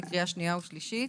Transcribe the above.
ושלישית.